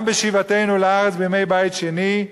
גם בשיבתנו לארץ בימי בית שני,